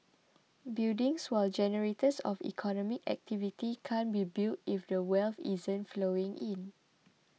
buildings while generators of economic activity can't be built if the wealth isn't flowing in